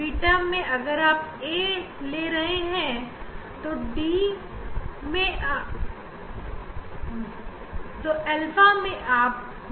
beta में अगर हम a को d से बदल देते हैं तब वह अल्फा बन जाता है